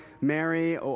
Mary